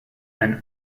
and